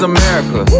America